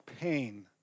pain